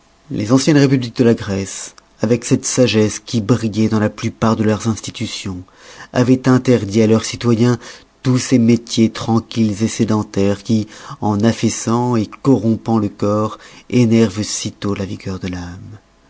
les anciennes républiques de la grèce avec cette sagesse qui brilloit dans la plupart de leurs institutions avoient interdit à leurs citoyens tous ces métiers tranquilles sédentaires qui en affaissant corrompant le corps énervent sitôt la vigueur de l'ame